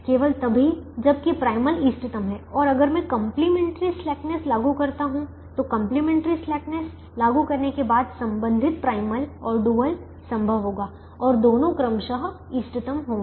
केवल तभी जब कि प्राइमल इष्टतम है और अगर मैं कंप्लीमेंट्री स्लैकनेस लागू करता हूं तो कंप्लीमेंट्री स्लैकनेस लागू करने के बाद संबंधित प्राइमल और डुअल संभव होगा और दोनों क्रमशः इष्टतम होंगे